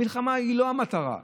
המלחמה היא לא המטרה,